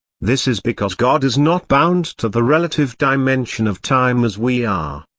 this is because god is not bound to the relative dimension of time as we are.